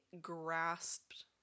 grasped